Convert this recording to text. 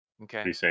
Okay